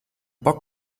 bock